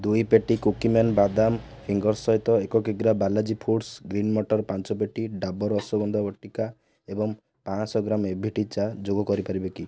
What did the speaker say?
ଦୁଇ ପେଟି Cookie Man ବାଦାମ ଫିଙ୍ଗର୍ସ ସହିତ ଏକ କିଗ୍ରା ବାଲାଜି ଫୁଡ଼୍ସ ଗ୍ରୀନ୍ ମଟର ପାଞ୍ଚ ପେଟି ଡାବର୍ ଅଶ୍ଵଗନ୍ଧା ବଟିକା ଏବଂ ପାଞ୍ଚଶହ ଗ୍ରାମ ଏ ଭି ଟି ଚା' ଯୋଗ କରିପାରିବେ କି